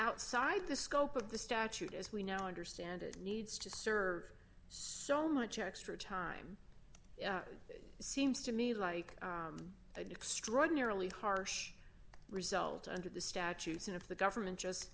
outside the scope of the statute as we know understand it needs to serve so much extra time it seems to me like i do extraordinarily harsh result under the statutes and if the government just